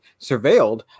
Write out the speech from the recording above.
surveilled